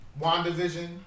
WandaVision